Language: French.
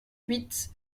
huit